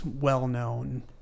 well-known